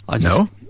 No